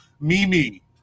Mimi